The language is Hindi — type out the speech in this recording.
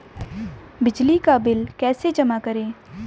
बिजली का बिल कैसे जमा करें?